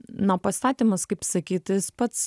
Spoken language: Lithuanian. na o pastatymas kaip sakyt jis pats